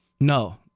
No